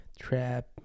trap